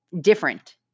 different